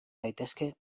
daitezke